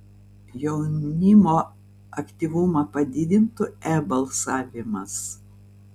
jaunimo aktyvumą padidintų e balsavimas